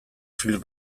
film